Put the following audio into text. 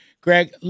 Greg